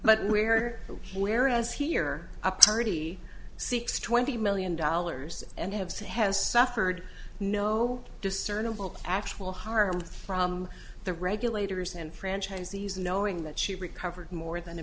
but we're whereas here up thirty six twenty million dollars and have said has suffered no discernible actual harm from the regulators and franchisees knowing that she recovered more than a